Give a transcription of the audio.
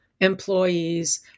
employees